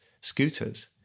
scooters